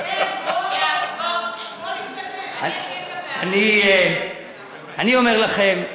אני אומר לכם: